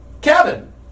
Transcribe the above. Kevin